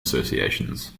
associations